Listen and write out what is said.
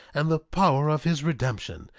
and the power of his redemption.